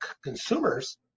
consumers